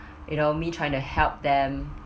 you know me trying to help them